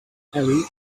ellie